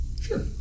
Sure